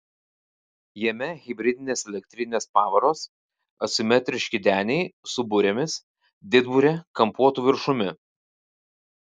jame hibridinės elektrinės pavaros asimetriški deniai su burėmis didburė kampuotu viršumi